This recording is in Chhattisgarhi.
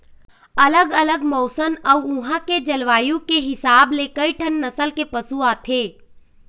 अलग अलग मउसन अउ उहां के जलवायु के हिसाब ले कइठन नसल के पशु आथे